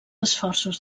esforços